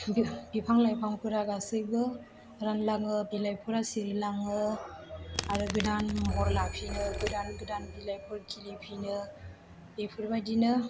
बिफां लाइफांफोरा गासिबो रानलाङो बिलाइफोरा सिरिलाङो आरो गोदान महर लाफिनो गोदान गोदान बिलाइफोर खिलिफिनो बेफोर बायदिनो